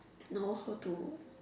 know how to